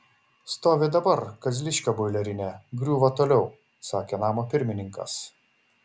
stovi dabar kazliškio boilerinė griūva toliau sakė namo pirmininkas